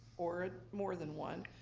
or more than one,